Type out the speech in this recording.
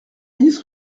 dix